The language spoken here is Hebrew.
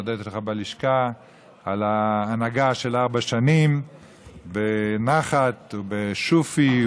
הודיתי לך בלשכה על ההנהגה של ארבע השנים בנחת ובשופי,